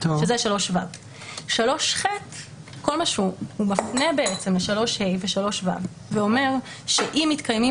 שזה 3ו. 3ח מפנה בעצם ל-3ה ו-3ו ואומר שאם מתקיימים